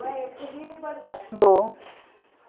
दो